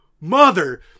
Mother